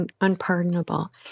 unpardonable